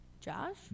Josh